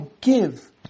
give